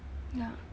ya